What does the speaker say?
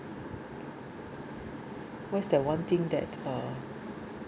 what is the one thing that uh